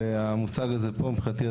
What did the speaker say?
והמושג הזה פה מבחינתי,